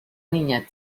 niña